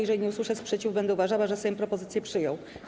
Jeżeli nie usłyszę sprzeciwu, będę uważała, że Sejm propozycję przyjął.